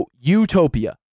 utopia